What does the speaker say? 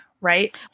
Right